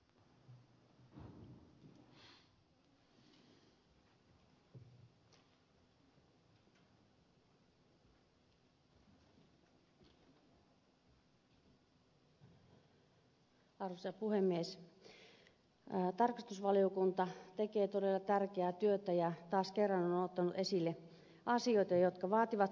tarkastusvaliokunta tekee todella tärkeää työtä ja on taas kerran ottanut esille asioita jotka vaativat korjausta